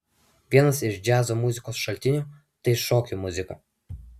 vienas iš džiazo muzikos šaltinių tai šokių muzika